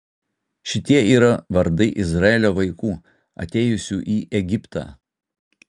šitie yra vardai izraelio vaikų atėjusių į egiptą